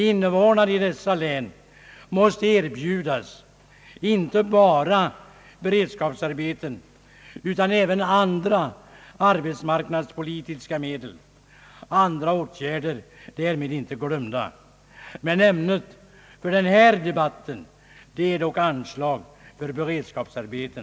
Invånarna i dessa län måste erbjudas inte bara beredskapsarbeten utan även andra arbetsmarknadspolitiska medel, andra åtgärder därmed inte glömda. Men ämnet för den här debatten är dock anslag på tilläggsstat för beredskapsarbeten.